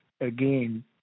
again